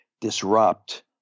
disrupt